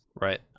right